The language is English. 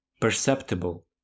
perceptible